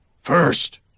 first